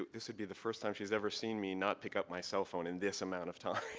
um this would be the first time she ever seen me not pick up my cell phone in this amount of time.